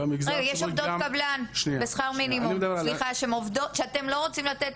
יש עובדות קבלן בשכר מינימום שאתם לא רוצים לתת